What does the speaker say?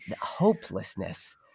hopelessness